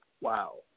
Wow